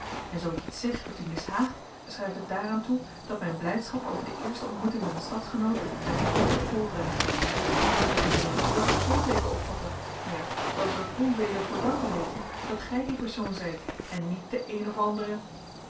en zoo ik iets zeg dat u mishaagt schrijf het daaraan toe dat mijn blijdschap over de eerste ontmoeting met een stadgenoot mij t hoofd op hol brengt moet ik het niet als een gelukkig voorteeken opvatten ja zelfs er het onweder voor dank weten dat gij die persoon zijt en niet de een of andere